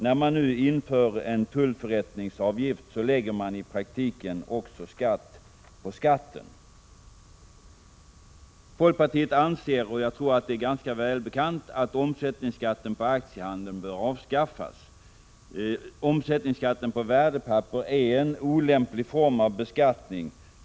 När man nu inför en tullförrättningsavgift lägger man i praktiken också skatt på skatten. Folkpartiet anser — och det är nog ganska välbekant — att omsättningsskatten på aktiehandeln bör avskaffas. Omsättningsskatten på värdepapper är en olämplig form av beskattning.